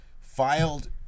filed